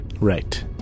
Right